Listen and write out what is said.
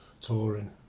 touring